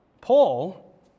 Paul